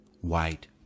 White